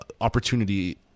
opportunity